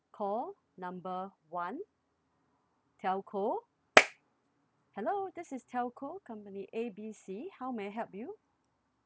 call number one telco hello this is telco company A B C how may I help you